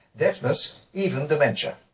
deafness, even dementia,